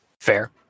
Fair